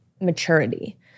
maturity